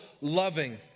loving